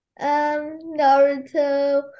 Naruto